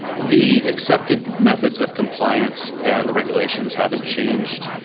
the accepted methods of compliance and the regulations haven't changed.